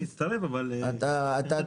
אני אצטרף אבל --- בועז,